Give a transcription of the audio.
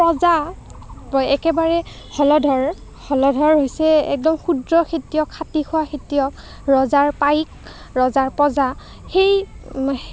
প্ৰজা একেবাৰে হলধৰ হলধৰ হৈছে একদম ক্ষুদ্ৰ খেতিয়ক খাতি খোৱা খেতিয়ক ৰজাৰ পাইক ৰজাৰ প্ৰজা সেই